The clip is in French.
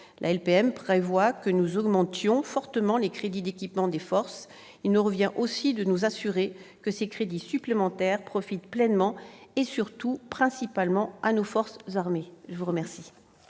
La LPM prévoit que nous augmentions fortement les crédits d'équipement des forces. Il nous revient aussi de nous assurer que ces fonds supplémentaires profitent pleinement, et surtout principalement, à nos forces armées. La parole